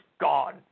gone